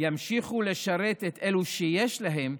ימשיכו לשרת את אלו שיש להם,